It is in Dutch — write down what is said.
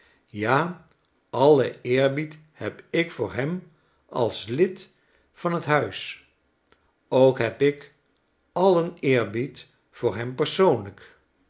ja alien qerbied heb ik voor hem als lid van t huis opk heb ik alien eerbied voor hem persoonlijk